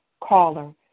caller